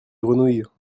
grenouilles